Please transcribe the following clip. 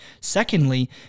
Secondly